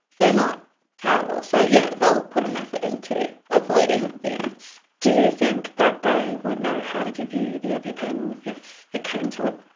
they're not terrible. so yeah, they'll put an effort into avoiding the ants. do you think that they would know how to give you the epi-pen if it came to it?